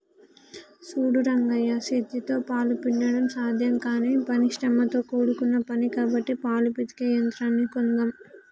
సూడు రంగయ్య సేతితో పాలు పిండడం సాధ్యం కానీ పని శ్రమతో కూడుకున్న పని కాబట్టి పాలు పితికే యంత్రాన్ని కొందామ్